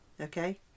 Okay